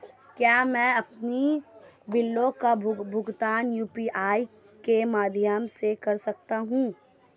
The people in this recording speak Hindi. क्या मैं अपने बिलों का भुगतान यू.पी.आई के माध्यम से कर सकता हूँ?